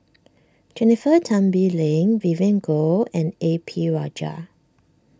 Jennifer Tan Bee Leng Vivien Goh and A P Rajah